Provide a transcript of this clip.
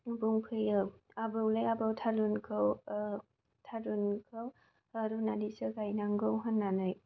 बुंफैयो आबौ लै आबौ थारुनखौ थारुनखौ रुनानैसो गायनांगौ होननानै